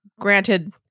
Granted